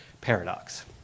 paradox